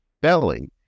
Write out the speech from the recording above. belly